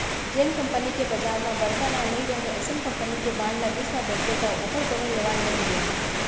जेन कंपनी के बजार म बड़का नांव नइ रहय अइसन कंपनी के बांड ल बीच म बेचबे तौ ओकर कोनो लेवाल नइ मिलय